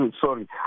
sorry